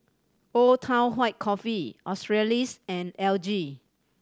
Old Town White Coffee Australis and L G